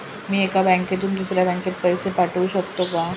मी एका बँकेतून दुसऱ्या बँकेत पैसे पाठवू शकतो का?